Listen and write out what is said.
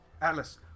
Atlas